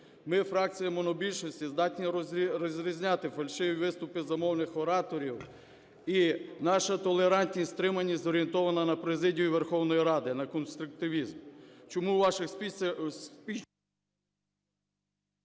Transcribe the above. Ми, фракція монобільшості здатні розрізняти фальшиві виступи замовних ораторів. І наша толерантність, стриманість зорієнтована на президію Верховної Ради, на конструктивізм.